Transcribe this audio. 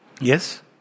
Yes